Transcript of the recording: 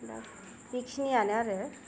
दा बेखिनियानो आरो